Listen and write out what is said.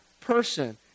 person